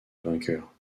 vainqueur